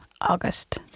August